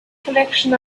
collection